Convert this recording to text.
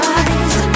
eyes